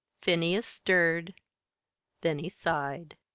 phineas stirred then he sighed.